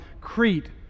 Crete